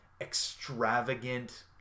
extravagant